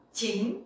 chính